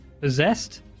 possessed